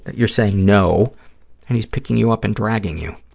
you're saying no and he's picking you up and dragging you.